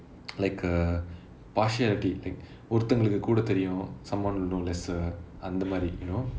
like uh partiality ஒருத்தங்களுக்கு கூடை தெரியும்:oruthangalukku koodai theriyum someone who know lesser அந்த மாதிரி:antha maathiri you know